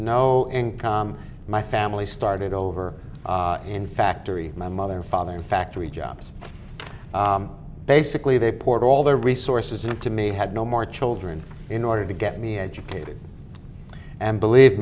no income my family started over in factory my mother and father and factory jobs basically they poured all their resources into me had no more children in order to get me educated and believe